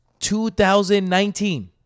2019